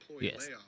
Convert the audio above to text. Yes